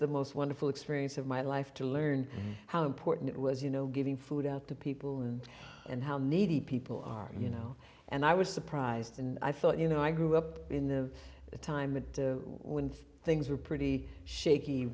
the most wonderful experience of my life to learn how important it was you know getting food out to people and and how needy people you know and i was surprised and i thought you know i grew up in the time it to when things we're pretty shaky